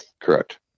Correct